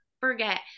forget